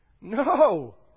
No